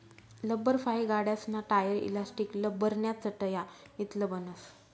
लब्बरफाइ गाड्यासना tyre, elastic, लब्बरन्या चटया इतलं बनस